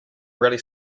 really